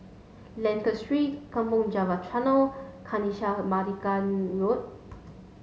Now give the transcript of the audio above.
Lentor Street Kampong Java Tunnel Kanisha Marican Road